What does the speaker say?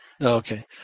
Okay